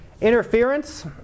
Interference